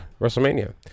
WrestleMania